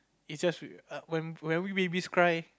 is just r~ when when we babies cry